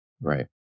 Right